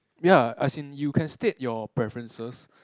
ya as in you can state your preferences